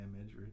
image